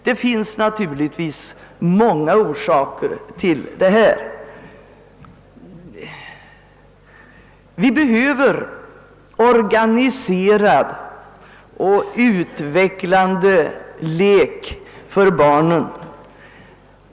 Det finns naturligtvis många orsaker till behovet av denna service. Vi behöver organiserad och utvecklande lek för barnen.